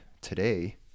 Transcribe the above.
today